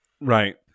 Right